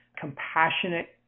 compassionate